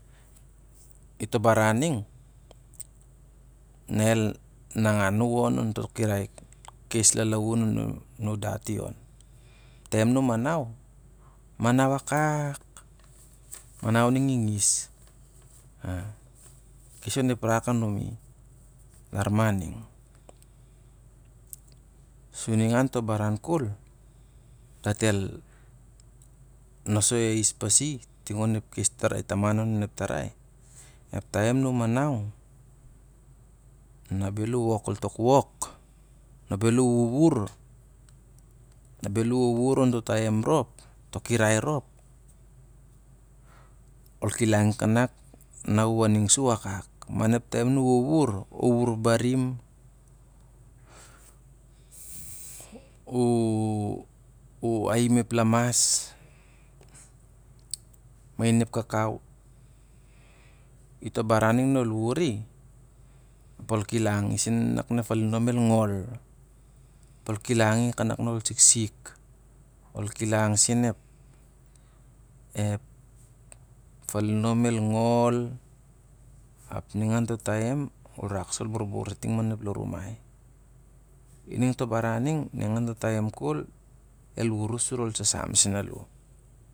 Ito baran nang, na el nangan u on, onto kirai kes lalaun anon dat i on. Ep taim na u manau, manace a- kak, manau ning i ngis, kes onep rak anumi, lar ma nina, sur ningan to baran kul dat el nosoi ais pasi ting onep kes farai taman anua ep tarai. Ep taim na u manace na bel u wok kol tok wok na bel u wuwur na bel u wuwur onto taim rpo, to kirai rop, ol kilangi nak u anung sa u wakak. Taim na u wuwur barim, u- u aim ep lamas main ep kakao, ito baran ning na ol wari ap ol kilangi sen nak na ep falinom el ngol, ap ol kilangi kanak na ol siksik ol kilang sen kanak na ep falinom el falinom el ngol. Ao ning onto taim ol rak sa ol burbur ting on eop lon ramai laing to baran ning el wur u sur ol sa- sam sen alo.